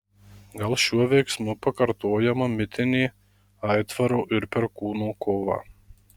gal šiuo veiksmu pakartojama mitinė aitvaro ir perkūno kova